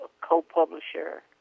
co-publisher